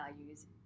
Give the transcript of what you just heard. values